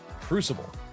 Crucible